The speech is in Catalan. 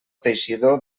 teixidor